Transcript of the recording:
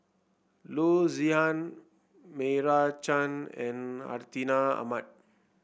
Loo Zihan Meira Chand and Hartinah Ahmad